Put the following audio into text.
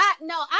No